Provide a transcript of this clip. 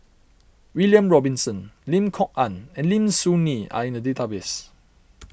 William Robinson Lim Kok Ann and Lim Soo Ngee are in the database